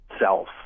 self